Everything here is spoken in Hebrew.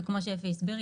וכמו שאפי הסביר,